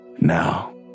Now